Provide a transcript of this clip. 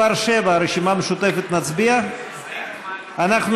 הרשימה המשותפת, נצביע על הסתייגות מס' 7?